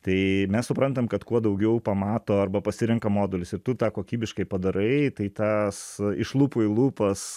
tai mes suprantam kad kuo daugiau pamato arba pasirenka modulius ir tu tą kokybiškai padarai tai tas iš lūpų į lūpas